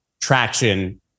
traction